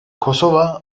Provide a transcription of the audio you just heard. kosova